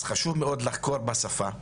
אז חשוב מאוד לחקור בשפה,